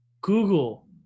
Google